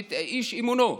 איש אמונו.